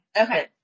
Okay